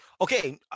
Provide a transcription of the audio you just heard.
okay